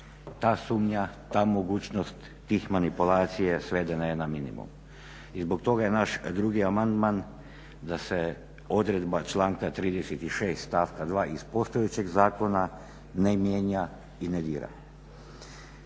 ta sumnja, ta mogućnost tih manipulacija svedena je na minimum. I zbog toga je naš drugi amandman da se odredba članka 36.stvaka 2.iz postojećeg zakona ne mijenja i ne dira.